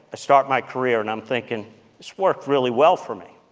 i start my career and i'm thinking this worked really well for me.